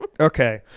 Okay